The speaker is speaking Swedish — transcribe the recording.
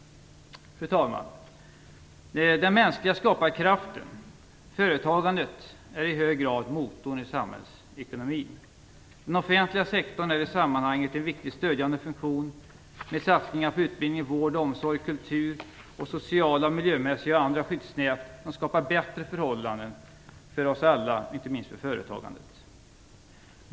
Fru talman! Den mänskliga skaparkraften, företagandet, är i hög grad motorn i samhällsekonomin. Den offentliga sektorn är i sammanhanget en viktig stödjande funktion med satsningar på utbildning, vård, omsorg och kultur och med sociala, miljömässiga och andra skyddsnät, som skapar bättre förhållanden för oss alla, inte minst för företagandet.